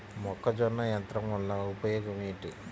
మొక్కజొన్న యంత్రం వలన ఉపయోగము ఏంటి?